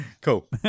Cool